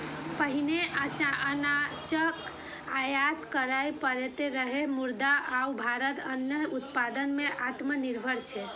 पहिने अनाजक आयात करय पड़ैत रहै, मुदा आब भारत अन्न उत्पादन मे आत्मनिर्भर छै